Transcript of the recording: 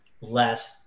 Less